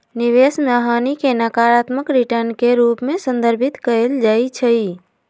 निवेश में हानि के नकारात्मक रिटर्न के रूप में संदर्भित कएल जाइ छइ